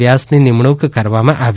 વ્યાસની નિમણુંક કરવામાં આવી